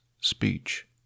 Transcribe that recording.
speech